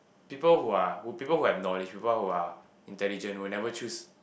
people who are who people who have knowledge people who are intelligent will never choose